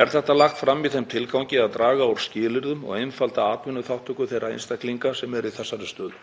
Er þetta lagt fram í þeim tilgangi að draga úr skilyrðum og einfalda atvinnuþátttöku þeirra einstaklinga sem eru í þessari stöðu.